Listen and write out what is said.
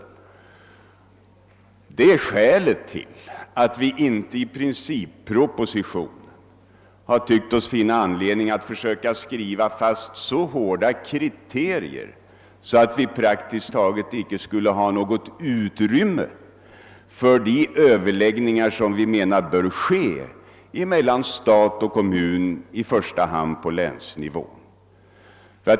Detta är skälet till att vi inte i princippropositionen har funnit anledning att skriva in så hårda kriterier att vi praktiskt taget icke skulle ha något utrymme för de överläggningar som vi menar bör äga rum mellan stat och kommun, i första hand på länsnivå.